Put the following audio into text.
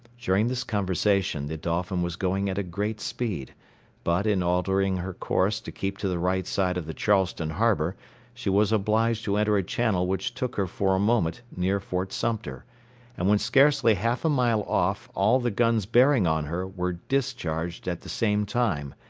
during this conversation the dolphin was going at a great speed but in altering her course to keep to the right side of the charleston harbour she was obliged to enter a channel which took her for a moment near fort sumter and when scarcely half a mile off all the guns bearing on her were discharged at the same time,